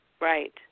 Right